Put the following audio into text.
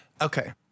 Okay